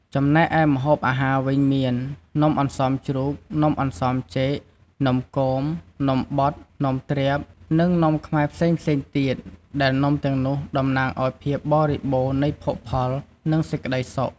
ចំណែកឯម្ហូបអាហារវិញមាន នំអន្សមជ្រូក នំអន្សមចេក នំគម នំបត់ នំទ្រាប និងនំខ្មែរផ្សេងៗទៀត ដែលនំទាំងនេះតំណាងឲ្យភាពបរិបូរណ៍នៃភោគផល និងសេចក្ដីសុខ។